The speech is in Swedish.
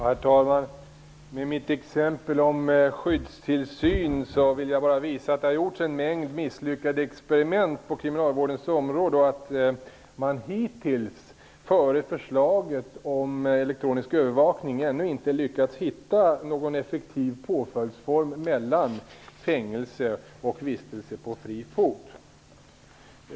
Herr talman! Med mitt exempel om skyddstillsyn ville jag bara visa att det har gjorts en mängd misslyckade experiment på kriminalvårdens område, och att man hittills före förslaget om elektronisk övervakning ännu inte lyckats hitta någon effektiv påföljdsform mellan fängelse och vistelse på fri fot.